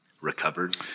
recovered